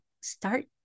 start